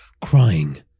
crying